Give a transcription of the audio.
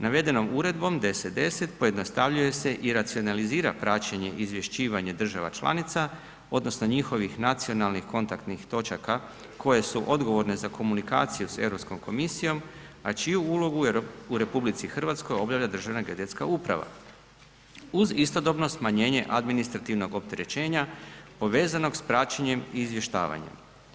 Navedenom Uredbom 1010 pojednostavljuje se i racionalizira praćenje izvješćivanja država članica odnosno njihovih nacionalnih kontaktnih točaka koje su odgovorne za komunikaciju s Europskom komisijom, a čiju ulogu u RH obavlja Državna geodetska uprava uz istodobno smanjenje administrativnog opterećenja povezanog s praćenjem i izvještavanjem.